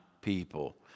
people